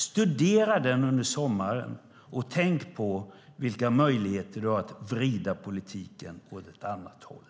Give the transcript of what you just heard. Studera den under sommaren och tänk på vilka möjligheter du har att vrida politiken åt ett annat håll.